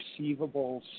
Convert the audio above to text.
receivables